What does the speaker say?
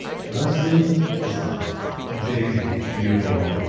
but mostly it was homes. big, beautiful,